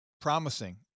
promising